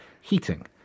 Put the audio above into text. heating